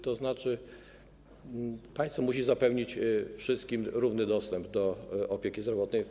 To znaczy, państwo musi zapewnić wszystkim równy dostęp do opieki zdrowotnej.